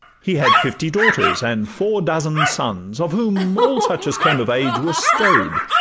he had fifty daughters and four dozen sons, of whom all such as came of age were stow'd,